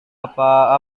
apa